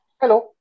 Hello